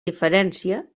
diferència